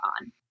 on